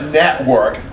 network